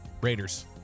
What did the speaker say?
Raiders